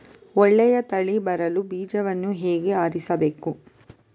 ಒಳ್ಳೆಯ ತಳಿ ಬರಲು ಬೀಜವನ್ನು ಹೇಗೆ ಆರಿಸಬೇಕು?